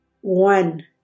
One